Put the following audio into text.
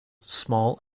small